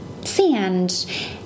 sand